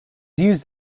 used